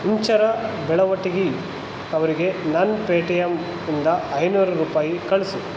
ಇಂಚರ ಬೆಳವಟಗಿ ಅವರಿಗೆ ನನ್ನ ಪೇಟಿಎಮ್ನಿಂದ ಐನೂರು ರೂಪಾಯಿ ಕಳಿಸು